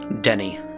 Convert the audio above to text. Denny